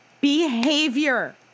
behavior